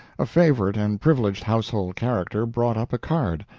a favorite and privileged household character, brought up a card.